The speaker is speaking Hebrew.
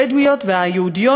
הבדואיות והיהודיות,